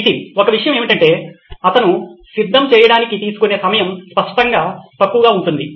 నితిన్ ఒక విషయం ఏమిటంటే అతను సిద్ధం చేయడానికి తీసుకునే సమయం స్పష్టంగా తక్కువగా ఉంటుంది